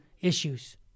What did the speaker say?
issues